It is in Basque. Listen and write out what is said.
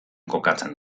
kokatzen